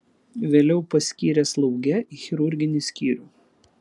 vėliau paskyrė slauge į chirurginį skyrių